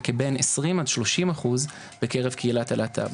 ובין עשרים עד שלושים אחוז בקרב קהילת הלהט"ב.